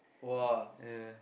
!wah!